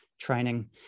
training